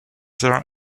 their